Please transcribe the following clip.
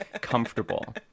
comfortable